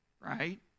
right